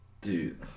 Dude